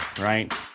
right